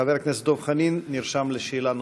חבר הכנסת דב חנין נרשם לשאלה נוספת.